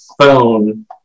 phone